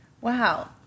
Wow